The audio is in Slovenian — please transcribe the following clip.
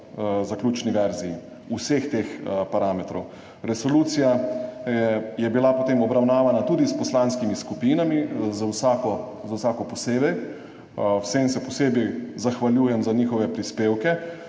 zaključni verziji vseh teh parametrov. Resolucija je bila potem obravnavana tudi s poslanskimi skupinami, z vsako posebej. Vsem se posebej zahvaljujem za njihove prispevke.